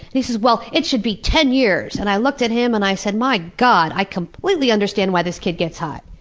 and he says, well, it should be ten years! and i looked at him and said, my god! i completely understand why this kid gets high.